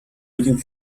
looking